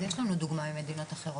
אז יש לנו דוגמה ממדינות אחרות.